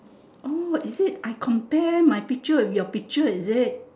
oh is it I compare my picture with your picture is it